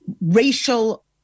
racial